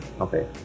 Okay